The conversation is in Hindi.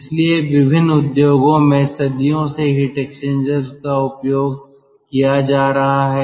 इसलिए विभिन्न उद्योगों में सदियों से हीट एक्सचेंजर्स का उपयोग किया जा रहा है